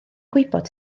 gwybod